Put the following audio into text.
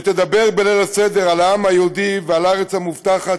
כשתדבר בליל הסדר על העם היהודי ועל הארץ המובטחת,